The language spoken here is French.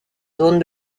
zone